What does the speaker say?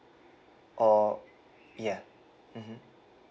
or ya mmhmm